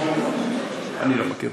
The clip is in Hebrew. לא, אני לא מכיר.